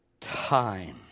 time